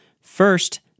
First